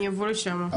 אני אבוא לשם,